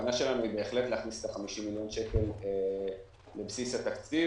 הכוונה שלנו היא בהחלט להכניס את 50 מיליון השקלים לבסיס התקציב.